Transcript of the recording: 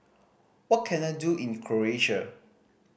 what can I do in Croatia